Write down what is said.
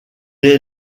est